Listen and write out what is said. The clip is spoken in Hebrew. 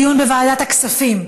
דיון בוועדת הכספים.